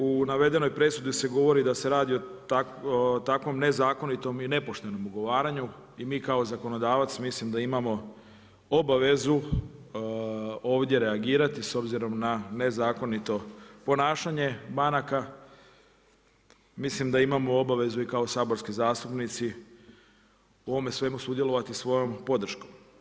U navedenoj presudi se govori da se radi o takvom nezakonitom i nepoštenom ugovaranju i mi kao zakonodavac mislim da imamo obavezu ovdje reagirati s obzirom na nezakonito ponašanje banaka, mislim da imamo obavezu i kao saborski zastupnici u ovome svemu sudjelovati svojom podrškom.